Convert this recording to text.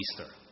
Easter